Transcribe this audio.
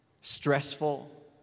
stressful